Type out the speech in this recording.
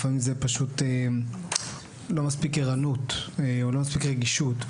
לפעמים זה פשוט לא מספיק ערנות או לא מספיק רגישות,